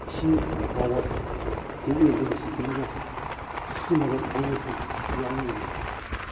ꯏꯁꯤꯡ ꯐꯥꯎꯕ ꯇ꯭ꯌꯨꯕ ꯋꯦꯜꯗꯒꯤ ꯆꯤꯡꯈꯠꯂꯒ ꯁꯤꯖꯤꯟꯅꯕ ꯀꯥꯡꯕꯨꯁꯨ ꯌꯥꯎꯅꯔꯤꯕꯅꯤ